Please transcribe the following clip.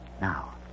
Now